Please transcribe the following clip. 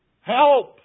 Help